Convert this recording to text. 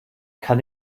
kann